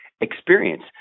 experience